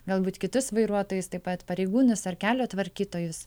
galbūt kitus vairuotojus taip pat pareigūnus ar kelio tvarkytojus